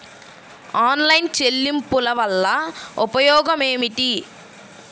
Online చెల్లింపుల వల్ల ఉపయోగమేమిటీ?